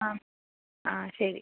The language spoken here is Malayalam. ആ ആ ശരി